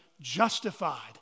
justified